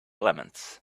elements